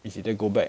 is either go back